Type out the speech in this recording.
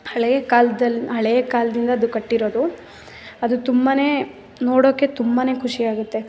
ಹಳೆಯ ಕಾಲ್ದಲ್ಲಿ ಹಳೆಯ ಕಾಲದಿಂದ ಅದು ಕಟ್ಟಿರೋದು ಅದು ತುಂಬ ನೋಡೋಕ್ಕೆ ತುಂಬ ಖುಷಿ ಆಗುತ್ತೆ